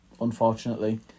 unfortunately